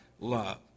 love